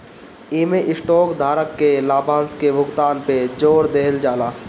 इमें स्टॉक धारक के लाभांश के भुगतान पे जोर देहल जाला